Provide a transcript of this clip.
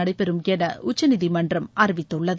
நடைபெறும் என உச்சநீதிமன்றம் அறிவித்துள்ளது